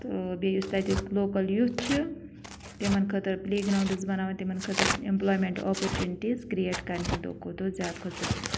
تہٕ بیٚیہِ یُس تَتیُک لوکَل یوٗتھ چھُ تِمَن خٲطرٕ پٕلے گرٛاوُنٛڈٕز بَناوٕنۍ تِمَن خٲطرٕ اِمپٕلایمینٛٹ آپَرچُنٹیٖز کِرٛیٹ کَرٕنۍ دۄہ کھۄ دۄہ زیادٕ کھۄتہٕ زیادٕ